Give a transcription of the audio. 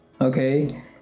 Okay